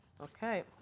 okay